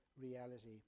reality